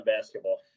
basketball